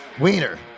wiener